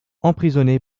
emprisonné